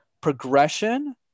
progression